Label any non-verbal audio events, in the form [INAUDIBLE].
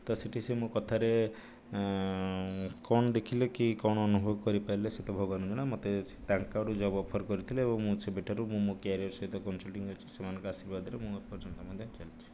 ତ ସେଠି ସେ ମୋ' କଥାରେ କ'ଣ ଦେଖିଲେ କି କ'ଣ ଅନୁଭବ କରିପାରିଲେ ସେ ତ ଭଗବାନଙ୍କୁ ଜଣା ମତେ ସେ ତାଙ୍କ ଆଡ଼ୁ ଜବ୍ ଅଫର୍ କରିଥିଲେ ଏବଂ ମୁଁ ସେବେଠାରୁ ମୁଁ ମୋ' କ୍ୟାରିଅର୍ ସହିତ [UNINTELLIGIBLE] ଅଛି ସେମାନଙ୍କ ଆଶୀର୍ବାଦରୁ ମୁଁ ଏପର୍ଯ୍ୟନ୍ତ ମଧ୍ୟ ଚାଲିଛି